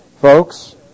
folks